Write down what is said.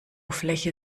fläche